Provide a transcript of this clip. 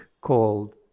called